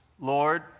Lord